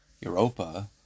Europa